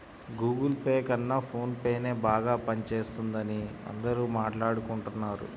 Google pay కన్నా phone పేనే బాగా పనిజేత్తందని అందరూ మాట్టాడుకుంటన్నారు